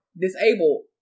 disabled